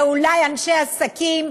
ואולי אנשי עסקים.